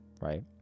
right